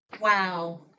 Wow